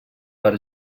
per